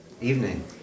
Evening